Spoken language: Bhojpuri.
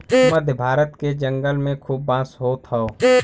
मध्य भारत के जंगल में खूब बांस होत हौ